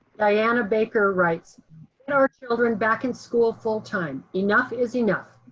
diana baker writes so children back in school full time. enough is enough.